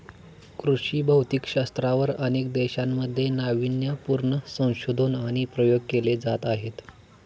कृषी भौतिकशास्त्रावर अनेक देशांमध्ये नावीन्यपूर्ण संशोधन आणि प्रयोग केले जात आहेत